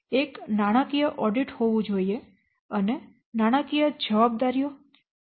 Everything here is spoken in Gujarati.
એક નાણાકીય ઓડિટ હોવું જોઈએ અને નાણાકીય જવાબદારીઓ અને વિગતો બંધ કરવી આવશ્યક છે